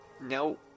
No